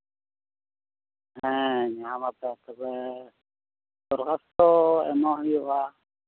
ᱦᱮᱸ ᱧᱟᱢᱟᱯᱮ ᱛᱚᱵᱮ ᱥᱚᱦᱚᱢᱚᱛ ᱛᱚ ᱮᱢᱚᱜ ᱦᱩᱭᱩᱜᱼᱟ